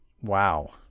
wow